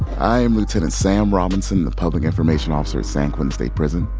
i am lieutenant sam robinson, the public information officer at san quentin state prison,